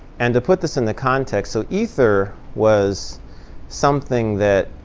and to put this into context so ether was something that